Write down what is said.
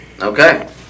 Okay